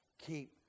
keep